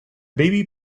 baby